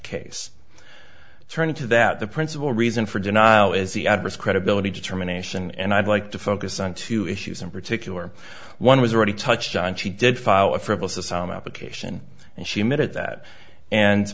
case turning to that the principal reason for denial is the adverse credibility determination and i'd like to focus on two issues in particular one was already touched on she did file a frivolous of some application and she admitted that and